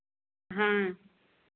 हाँ